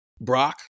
Brock